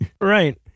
Right